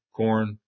corn